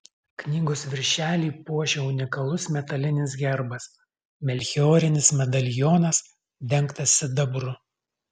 knygos viršelį puošia unikalus metalinis herbas melchiorinis medalionas dengtas sidabru